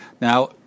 Now